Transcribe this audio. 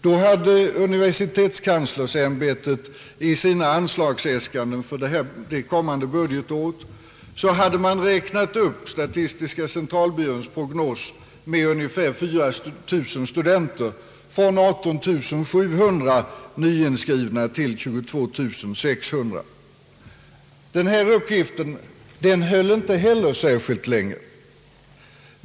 Då hade universitetskanslersämbetet i sina anslagsäskanden för det kommande budgetåret räknat upp statistiska centralbyråns prognos med ungefär 4 000 studenter, från 18700 nyinskrivna till 22600. Den uppgiften höll inte heller särskilt länge.